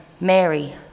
Mary